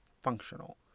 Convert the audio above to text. functional